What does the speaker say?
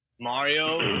Mario